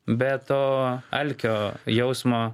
be to alkio jausmo